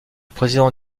président